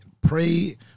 pray